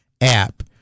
app